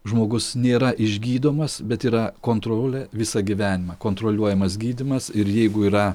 žmogus nėra išgydomas bet yra kontrolė visą gyvenimą kontroliuojamas gydymas ir jeigu yra